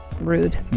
Rude